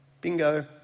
bingo